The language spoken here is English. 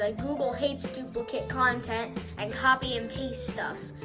ah google hates duplicate content and copy and paste stuff,